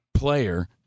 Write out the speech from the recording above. player